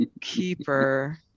keeper